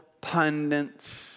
pundits